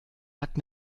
hat